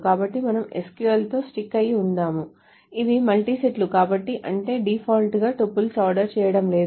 కాబట్టి మనం SQL తో స్టిక్ అయి ఉందాము ఇవి మల్టీ సెట్లు కాబట్టి అంటే డిఫాల్ట్గా టపుల్స్ ఆర్డర్ చేయడం లేదు